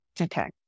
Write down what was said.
Okay